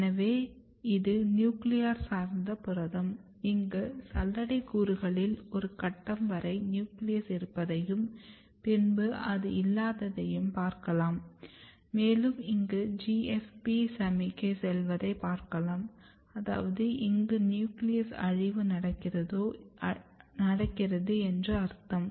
எனவே இது நியூக்ளியர் சார்ந்த புரதம் இங்கு சல்லடை கூறுகளில் ஒரு கட்டம் வரை நியூக்ளியஸ் இருப்பதையும் பின்பு அது இல்லாததையும் பார்க்கலாம் மேலும் இங்கு GFP சமிக்ஞை செல்வதை பார்க்கலாம் அதாவது இங்கு நியூக்ளியஸ் அழிவு நடக்கிறது என்று அர்த்தம்